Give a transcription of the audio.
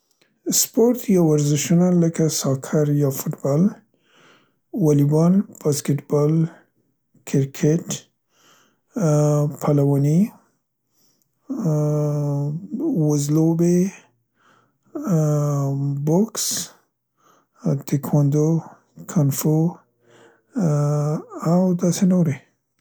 سپورت یا ورزشونه لکه ساکر یا فوتبال، ولیبال، باسکتبال، کرکت، ا، پلواني، ا، وزلوبې، ا، م، بوکس، تیکواندو، کانفو، ا، او داسې نورې.